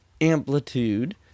Amplitude